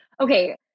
okay